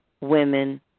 women